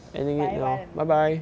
bye bye le min